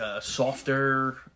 softer